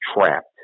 trapped